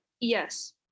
Yes